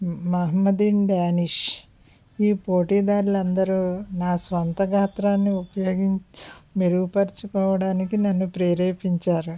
మహమ్మదీన్ డానిష్ ఈ పోటీదారులు అందరూ నా సొంత గాత్రాన్ని ఉపయోగించి మెరుగుపరచుకోవడానికి నన్ను ప్రేరేపించారు